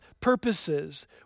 purposes